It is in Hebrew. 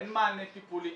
אין מענה טיפולי.